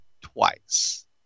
twice